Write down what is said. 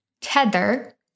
Tether